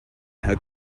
her